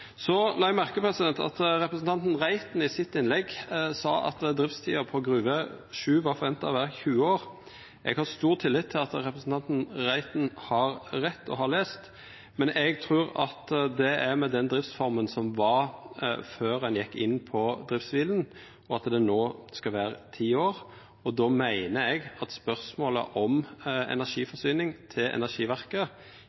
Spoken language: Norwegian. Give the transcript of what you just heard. la merke til at representanten Reiten i sitt innlegg sa at driftstida for Gruve 7 var forventa å vera 20 år. Eg har stor tillit til at representanten Reiten har rett og har lese, men eg trur at det er med den driftsforma som var før ein gjekk inn for driftskvile, og at det no skal vera ti år, og då meiner eg at spørsmåla om